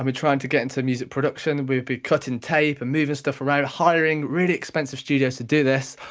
um trying to get into music production, we'd be cutting tape and moving stuff around, hiring really expensive studios to do this.